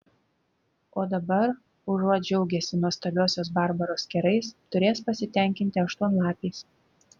o dabar užuot džiaugęsi nuostabiosios barbaros kerais turės pasitenkinti aštuonlapiais